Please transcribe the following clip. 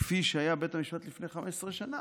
כפי שהיה בית המשפט לפני 12 שנה,